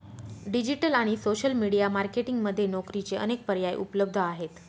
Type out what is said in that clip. digital आणि social media marketing मध्ये नोकरीचे अनेक पर्याय उपलब्ध आहेत